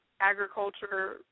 agriculture